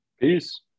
peace